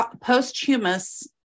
posthumous